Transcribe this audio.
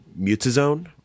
Mutazone